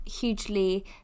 hugely